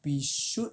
we should